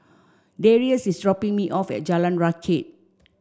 Darrius is dropping me off at Jalan Rakit